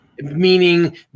Meaning